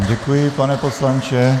Děkuji vám, pane poslanče.